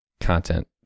content